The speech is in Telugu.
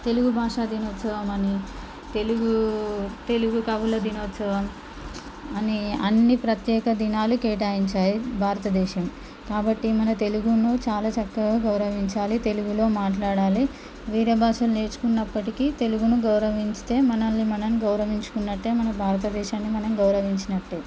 తెలుగు భాషా దినోత్సవం అనే తెలుగు తెలుగు కవులదినోత్సవం అని అన్నీ ప్రత్యేక దినాలు కేటాయించాయి భారత దేశం కాబట్టి మన తెలుగును చాలా చక్కగా గౌరవించాలి తెలుగులో మాట్లాడాలి వేరే భాషను నేర్చుకున్నప్పటికీ తెలుగును గౌరవిస్తే మనల్ని మనం గౌరవించుకున్నట్టే మన భారత దేశాన్ని మనం గౌరవించినట్టే